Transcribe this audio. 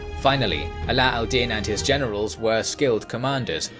finally, ala al-din and his generals were skilled commanders,